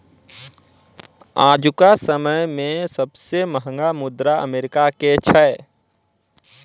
आजुका समय मे सबसे महंगा मुद्रा अमेरिका के छै